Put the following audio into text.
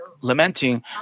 lamenting